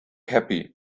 happy